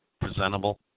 presentable